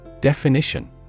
Definition